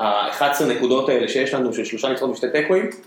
‫ה-11 נקודות האלה שיש לנו ‫של 3 נצחונות ושני תיקואים